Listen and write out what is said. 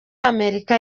afurika